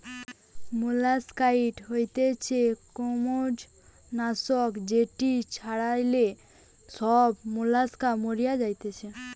molluscicide হতিছে কম্বোজ নাশক যেটি ছড়ালে সব মোলাস্কা মরি যাতিছে